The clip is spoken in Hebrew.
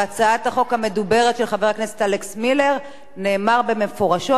בהצעת החוק המדוברת של חבר הכנסת אלכס מילר נאמר מפורשות